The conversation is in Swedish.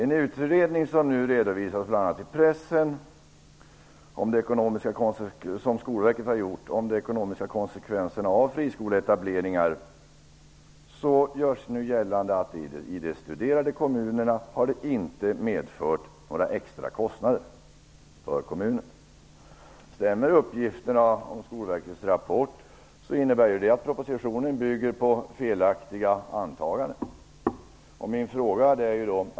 I en utredning från Skolverket om de ekonomiska konsekvenserna av friskoleetableringar, som nu redovisas bl.a. i pressen, görs gällande att etableringarna inte har medfört några extra kostnader i de studerade kommunerna. Om uppgifterna i Skolverkets rapport stämmer innebär det att propositionen bygger på felaktiga antaganden.